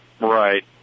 Right